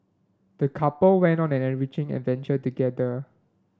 the couple went on an enriching adventure together